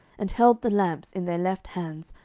and held the lamps in their left hands,